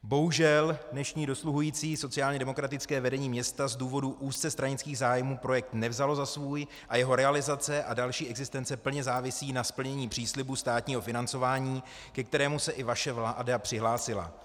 Bohužel dnešní dosluhující sociálně demokratické vedení města z důvodů úzce stranických zájmů projekt nevzalo za svůj a jeho realizace a další existence plně závisí na splnění příslibu státního financování, ke kterému se i vaše vláda přihlásila.